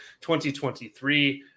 2023